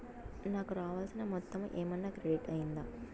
నాకు రావాల్సిన మొత్తము ఏమన్నా క్రెడిట్ అయ్యిందా